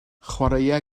chwaraea